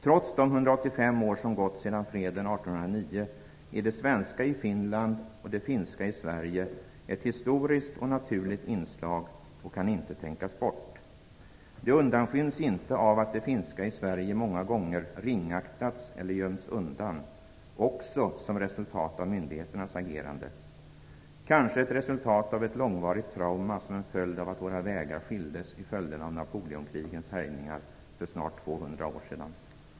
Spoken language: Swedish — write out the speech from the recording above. Trots de 185 år som gått sedan freden 1809 är det svenska i Finland och det finska i Sverige ett historiskt och naturligt inslag och kan inte tänkas bort. Det undanskyms inte av att det finska i Sverige många gånger ringaktats eller gömts undan, också som resultat av myndigheternas agerande. Det kanske är ett resultat av ett långvarigt trauma som en följd av att våra vägar skildes i följderna av Napoleonkrigens härjningar för snart 200 år sedan.